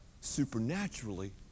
supernaturally